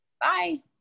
Bye